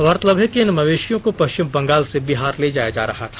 गौरतलब है कि इन मवेशियों को पश्चिम बंगाल से बिहार ले जाया जा रहा था